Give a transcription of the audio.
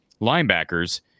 linebackers